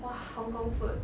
!wah! hong-kong food